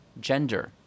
gender